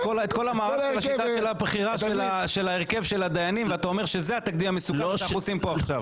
את הרכב הוועדה למינוי דיינים לא